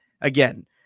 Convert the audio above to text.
again